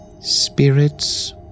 Spirits